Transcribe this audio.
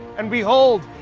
and behold,